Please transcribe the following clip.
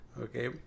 Okay